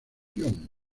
guion